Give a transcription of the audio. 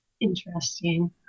Interesting